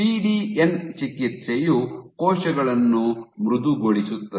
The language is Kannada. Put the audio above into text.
ಪಿಡಿಎನ್ ಚಿಕಿತ್ಸೆಯು ಕೋಶಗಳನ್ನು ಮೃದುಗೊಳಿಸುತ್ತದೆ